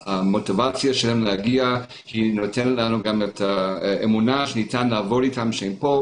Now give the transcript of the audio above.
המוטיבציה שלהם להגיע נותנת לנו את האמונה שניתן לעבוד אתם כשהם כאן,